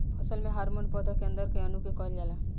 फसल में हॉर्मोन पौधा के अंदर के अणु के कहल जाला